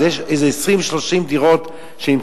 אז יש איזה 20 30 דירות שנמצאות,